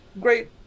great